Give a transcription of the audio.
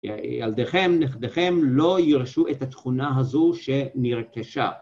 ילדיכם, נכדיכם, לא ירשו את התכונה הזו שנרכשה